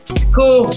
school